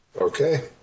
Okay